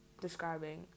describing